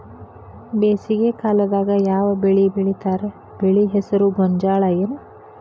ಬೇಸಿಗೆ ಕಾಲದಾಗ ಯಾವ್ ಬೆಳಿ ಬೆಳಿತಾರ, ಬೆಳಿ ಹೆಸರು ಗೋಂಜಾಳ ಏನ್?